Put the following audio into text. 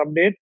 update